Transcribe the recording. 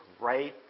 right